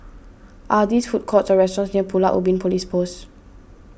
are these food courts or restaurants near Pulau Ubin Police Post